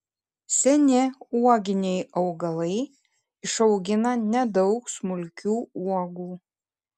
seni uoginiai augalai išaugina nedaug smulkių uogų